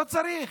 לא צריך.